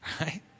right